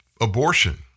abortion